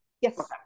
Yes